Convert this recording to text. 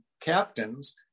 captains